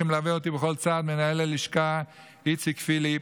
שמלווה אותי בכל צעד: מנהל הלשכה איציק פיליפ,